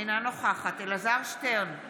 אינה נוכחת אלעזר שטרן,